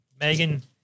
Megan